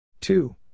Two